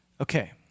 Okay